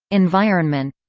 environment